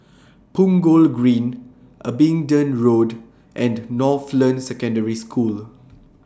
Punggol Green Abingdon Road and Northland Secondary School